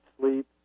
sleep